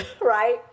right